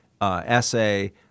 essay